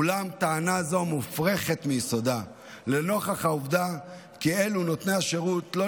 אולם טענה זו מופרכת מיסודה לנוכח העובדה כי נותני השירות האלה לא